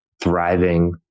thriving